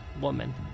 woman